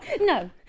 No